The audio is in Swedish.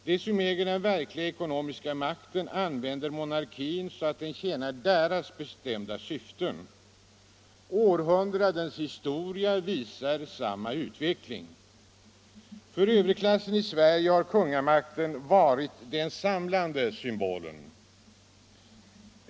De som äger den verkliga ekonomiska makten använder monarkin så att den tjänar deras bestämda syften. Århundradens historia visar samma utveckling. För överklassen i Sverige har kungamakten varit den samlande symbolen.